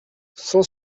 cent